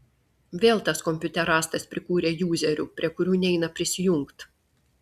vėl tas kompiuterastas prikūrė juzerių prie kurių neina prisijungt